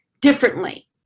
differently